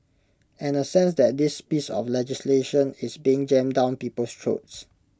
and A sense that this piece of legislation is being jammed down people's throats